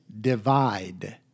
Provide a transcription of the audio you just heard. divide